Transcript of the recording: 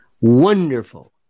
Wonderful